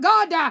God